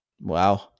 Wow